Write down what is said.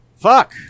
Fuck